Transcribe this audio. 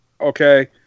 okay